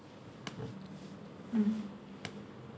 mm